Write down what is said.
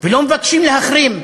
ולא מבקשים להחרים.